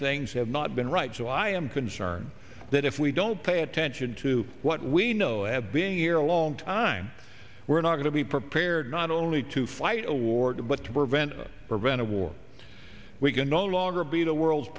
things have not been right so i am concerned that if we don't pay attention to what we know i have been here a long time we're not going to be prepared not only to fight a war but to prevent preventive war we can no longer be the world's